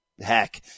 heck